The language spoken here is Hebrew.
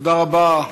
תודה רבה,